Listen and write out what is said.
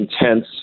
intense